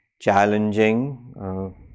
challenging